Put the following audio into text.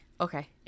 Okay